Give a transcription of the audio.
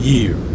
Year